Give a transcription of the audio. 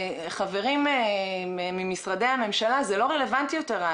חברים ממשרדי הממשלה, השיטה הזאת כבר לא רלוונטית.